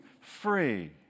free